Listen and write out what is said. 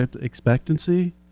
expectancy